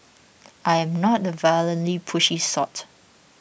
I am not the violently pushy sort